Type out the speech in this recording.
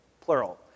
plural